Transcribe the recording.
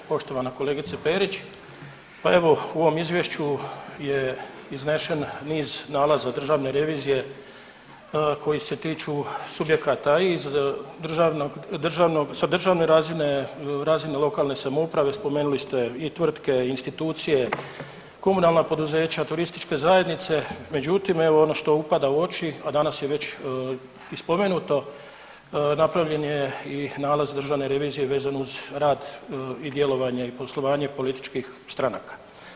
Poštovana kolegice Perić, pa evo, u ovom Izvješću je iznešen niz nalaza državne revizije koji se tiču subjekata i državnog, državnog, sa državne razine, razine lokalne samouprave, spomenuli ste i tvrtke, institucije, komunalna poduzeća, turističke zajednice, međutim evo ono što upada u oči, a danas je već i spomenuto napravljen je i nalaz državne revizije vezan uz rad i djelovanje i poslovanje političkih stranaka.